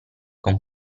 con